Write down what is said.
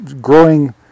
growing